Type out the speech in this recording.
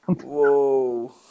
Whoa